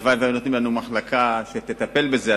הלוואי שהיו נותנים לנו מחלקה שתטפל בזה,